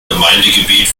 gemeindegebiet